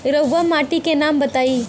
रहुआ माटी के नाम बताई?